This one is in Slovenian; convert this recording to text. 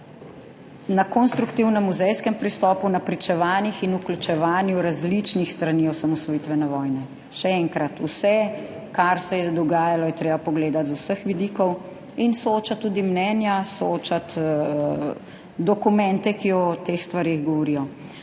na konstruktivnem muzejskem pristopu, na pričevanjih in vključevanju različnih strani osamosvojitvene vojne. Še enkrat, vse kar se je dogajalo, je treba pogledati z vseh vidikov in soočati tudi mnenja, soočati dokumente, ki o teh stvareh govorijo.